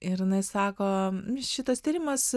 ir jinai sako šitas tyrimas